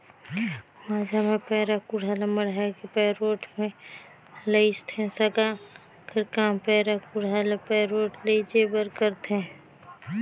माझा मे पैरा कुढ़ा ल मढ़ाए के पैरोठ मे लेइजथे, सागा कर काम पैरा कुढ़ा ल पैरोठ लेइजे बर करथे